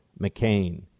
McCain